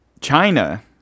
China